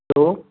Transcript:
hello